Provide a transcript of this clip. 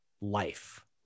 life